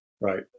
Right